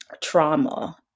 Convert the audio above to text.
trauma